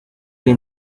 ari